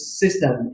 system